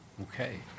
Okay